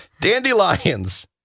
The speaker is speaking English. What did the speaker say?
Dandelions